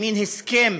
מין הסכם